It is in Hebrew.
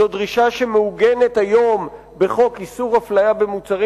זו דרישה המעוגנת היום בחוק איסור אפליה במוצרים